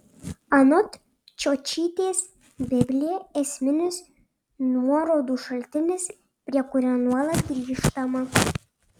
anot čiočytės biblija esminis nuorodų šaltinis prie kurio nuolat grįžtama